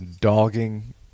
dogging